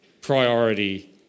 priority